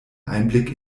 einblick